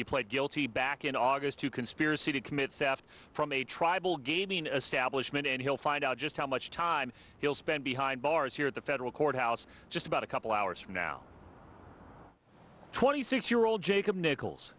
he pled guilty back in august to conspiracy to commit theft from a tribal d b an establishment and he'll find out just how much time he'll spend behind bars here at the federal courthouse just about a couple hours from now twenty six year old jacob nichols